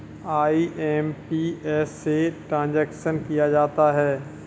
IMPS से transaction किया जाता है